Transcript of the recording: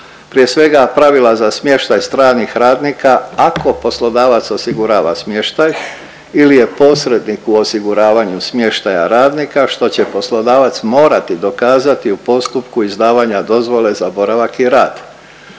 Prije svega pravila za smještaj stranih radnika ako poslodavac osigurava smještaj ili je posrednik u osiguravanju smještaja radnika što će poslodavac morati dokazati u postupku izdavanja dozvole za boravak i rad.